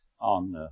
on